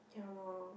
ya lor